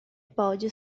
pode